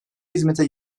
hizmete